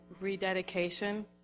rededication